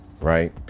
Right